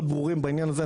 מאוד ברורים בעניין הזה.